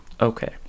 Okay